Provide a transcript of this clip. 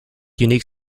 unique